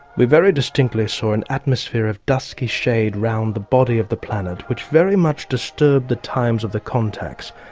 we very distinctly saw an atmosphere of dusky shade around the body of the planet which very much disturbed the times of the contacts,